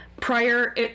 Prior